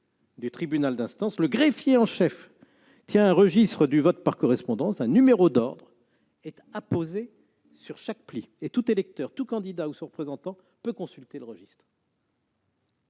du tribunal d'instance. Le greffier en chef tient un registre du vote par correspondance, un numéro d'ordre étant apposé sur chaque pli. Tout électeur et tout candidat, ou son représentant, peut consulter le registre.